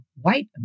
white